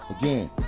Again